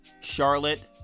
Charlotte